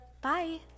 Bye